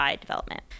development